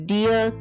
Dear